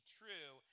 true